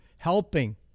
helping